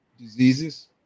diseases